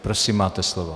Prosím, máte slovo.